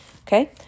Okay